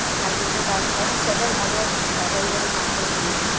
nitrogen dioxide and several other very, very harmful fuel.